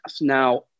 Now